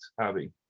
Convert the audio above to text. Abby